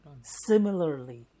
Similarly